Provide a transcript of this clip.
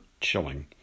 chilling